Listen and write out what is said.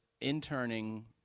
interning